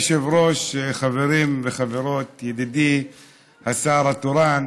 אדוני היושב-ראש, חברים וחברות, ידידי השר התורן,